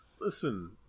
listen